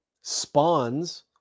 spawns